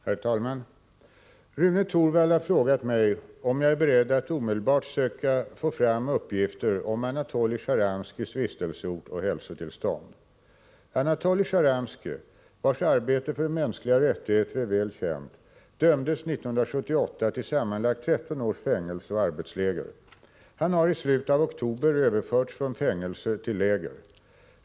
Herr talman! Rune Torwald har frågat mig, om jag är beredd att omedelbart söka få fram uppgifter om Anatolij Sjtjaranskijs vistelseort och hälsotillstånd. Anatolij Sjtjaranskij, vars arbete för mänskliga rättigheter är väl känt, dömdes 1978 till sammanlagt 13 års fängelse och arbetsläger. Han har i slutet av oktober överförts från fängelse till läger.